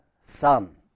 son